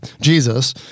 Jesus